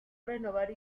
renovar